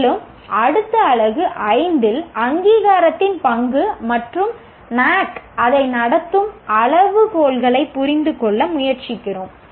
மேலும் அடுத்த அலகு 5 இல் அங்கீகாரத்தின் பங்கு மற்றும் NAAC அதை நடத்தும் அளவுகோல்களைப் புரிந்துகொள்ள முயற்சிக்கிறோம்